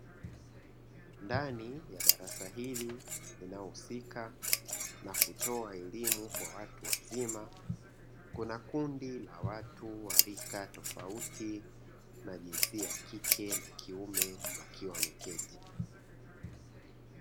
Ndani ya darasa hili linalohusika na kutoa elimu kwa watu wazima, kuna kundi la watu wa rika tofauti na jinsia kike na kiume wakiwa wameketi.